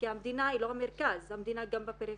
כי המדינה היא לא המרכז, המדינה גם בפריפריות.